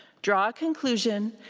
draw a conclusion,